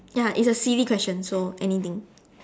ya it's a silly question so anything